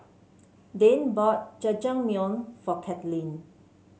Dayne bought Jajangmyeon for Katlyn